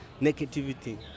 negativity